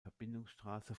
verbindungsstrasse